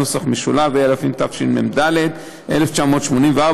התשמ"ד 1984,